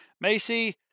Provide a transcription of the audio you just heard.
Macy